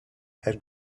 had